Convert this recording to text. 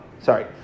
sorry